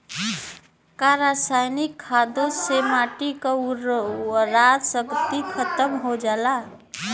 का रसायनिक खादों से माटी क उर्वरा शक्ति खतम हो जाला?